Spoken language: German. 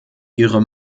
ihre